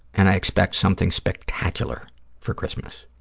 and i expect something spectacular for christmas.